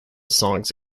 songs